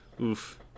Oof